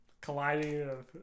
colliding